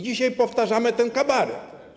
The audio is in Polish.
Dzisiaj powtarzamy ten kabaret.